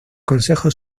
consejo